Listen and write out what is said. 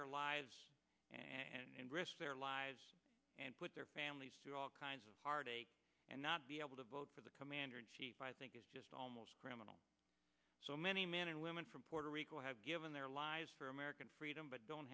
their lives and risked their lives and put their families through all kinds of heartache and not be able to vote for the commander in chief i think is just almost criminal many men and women from puerto rico have given their lives for american freedom but don't